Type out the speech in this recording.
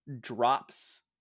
drops